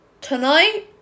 Tonight